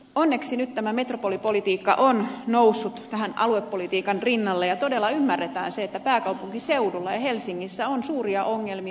onneksi nyt tämä metropolipolitiikka on noussut tähän aluepolitiikan rinnalle ja todella ymmärretään se että pääkaupunkiseudulla ja helsingissä on suuria ongelmia